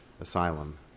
asylum